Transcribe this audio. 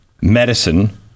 medicine